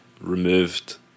removed